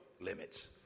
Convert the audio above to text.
limits